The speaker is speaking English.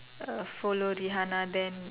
uh follow Rihanna then